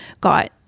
got